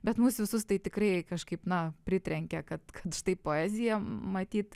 bet mus visus tai tikrai kažkaip na pritrenkė kad kad štai poezija matyt